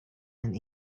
and